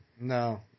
No